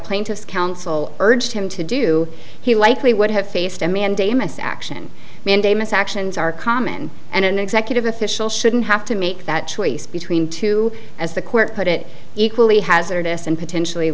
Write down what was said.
plaintiff's counsel urged him to do he likely would have faced a mandamus action mandamus actions are common and an executive official shouldn't have to make that choice between two as the court put it equally hazardous and potentially